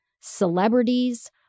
celebrities